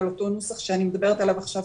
על אותו נוסח שאני מדברת עליו עכשיו,